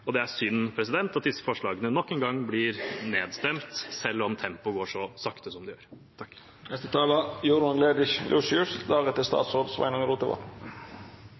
Det er synd at disse forslagene nok en gang blir nedstemt, selv om det går så sakte som det gjør.